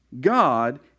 God